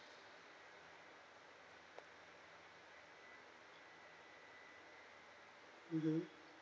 mmhmm